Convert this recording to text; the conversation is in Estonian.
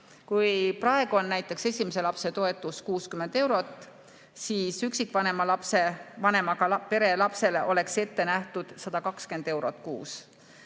Kui praegu on näiteks esimese lapse toetus 60 eurot, siis üksikvanemaga pere lapsele oleks ette nähtud 120 eurot kuus,